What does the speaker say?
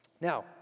Now